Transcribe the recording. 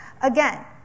Again